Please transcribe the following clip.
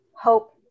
Hope